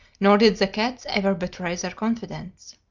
nor did the cats ever betray their confidence.